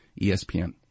ESPN